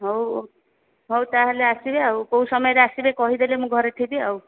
ହଉ ହଉ ତାହାଲେ ଆସିବେ ଆଉ କୋଉ ସମୟରେ ଆସିବେ କହିଲେ ମୁଁ ଘରେ ଥିବି ଆଉ